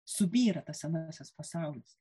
subyra tas senasis pasaulis